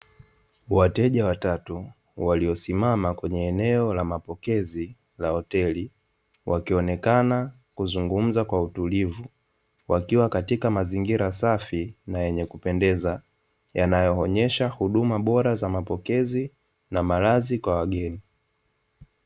Wateja watatu waliosimama kwenye eneo la mapokezi la hoteli, wakionekana kuzungumza kwa utulivu wakiwa katika mazingira safi na yenye kupendeza yanayoonyesha huduma bora za mapokezi na malazi kwa wageni.